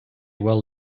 well